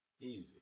Easy